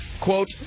Quote